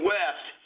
West